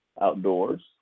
outdoors